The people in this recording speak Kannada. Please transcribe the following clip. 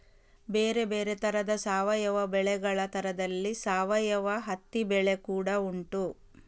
ಬೇರೆ ಬೇರೆ ತರದ ಸಾವಯವ ಬೆಳೆಗಳ ತರದಲ್ಲಿ ಸಾವಯವ ಹತ್ತಿ ಬೆಳೆ ಕೂಡಾ ಉಂಟು